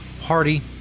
party